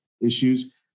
issues